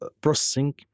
processing